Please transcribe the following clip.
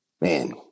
man